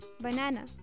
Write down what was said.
Banana